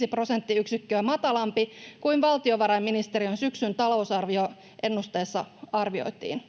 3,5 prosenttiyksikköä matalampi kuin valtiovarainministeriön syksyn talousarvioennusteessa arvioitiin.